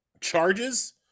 charges